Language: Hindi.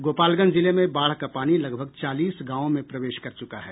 गोपालगंज जिले में बाढ़ का पानी लगभग चालीस गांवों में प्रवेश कर चुका है